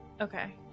Okay